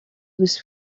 was